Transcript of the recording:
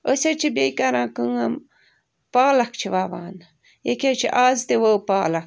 أسۍ حظ چھِ بیٚیہِ کَران کٲم پالک چھِ وَوان ییٚکہِ حظ چھِ آز تہٕ ؤو پالکھ